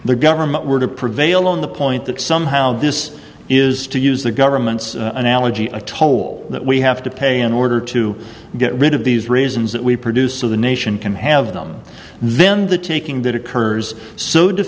the government were to prevail on the point that somehow this is to use the government's analogy a toll that we have to pay in order to get rid of these reasons that we produce so the nation can have them then the taking that occurs so